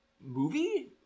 movie